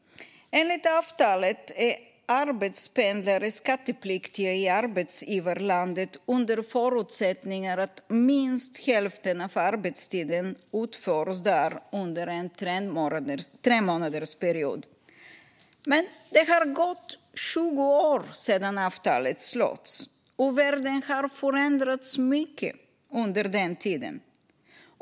Enligt avtalet är arbetspendlare skattepliktiga i arbetsgivarlandet under förutsättning att minst hälften av arbetstiden utförs där under en tremånadersperiod. Men det har gått 20 år sedan avtalet slöts, och världen har förändrats mycket under den tiden.